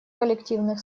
коллективных